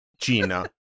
Gina